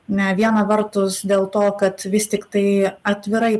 ne vieną vartus dėl to kad vis tiktai atvirai